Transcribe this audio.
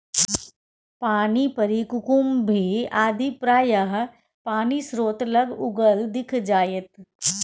पानिपरी कुकुम्भी आदि प्रायः पानिस्रोत लग उगल दिख जाएत